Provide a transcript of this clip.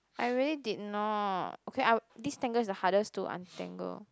I really did not okay I this tangle is the hardest to untangle